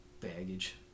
Baggage